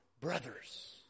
brothers